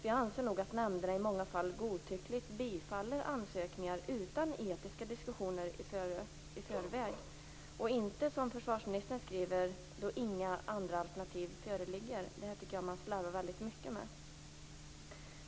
Jag anser nog att nämnderna i många fall godtyckligt bifaller ansökningar utan att etiska diskussioner förs i förväg - alltså inte, som försvarsministern säger, då inga alternativ föreligger. Jag tycker att det slarvas väldigt mycket med detta.